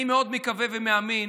אני מאוד מקווה ומאמין